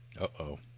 Uh-oh